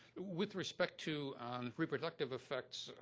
with respect to reproductive effects,